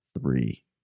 three